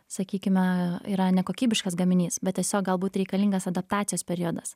sakykime yra nekokybiškas gaminys bet tiesiog galbūt reikalingas adaptacijos periodas